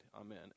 Amen